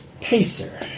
Pacer